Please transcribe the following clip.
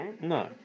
No